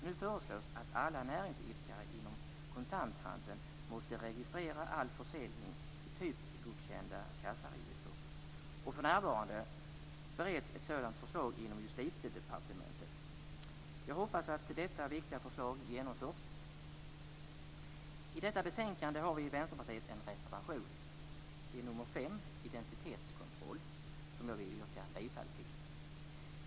Nu föreslås att alla näringsidkare inom kontanthandeln måste registrera all försäljning i typgodkända kassaregister. För närvarande bereds ett sådant förslag inom Justitiedepartementet. Jag hoppas att detta viktiga förslag genomförs. I detta betänkande har vi i Vänsterpartiet en reservation, reservation 5 om identitetskontroll, som jag vill yrka bifall till.